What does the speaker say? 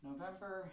November